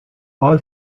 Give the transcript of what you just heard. all